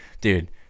dude